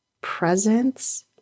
presence